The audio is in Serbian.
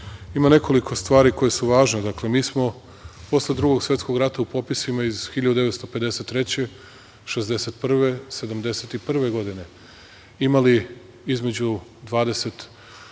ima nekoliko stvari koje su važne. Mi smo posle Drugog svetskog rata u popisima iz 1953, 1961, 1971. godine imali između 26,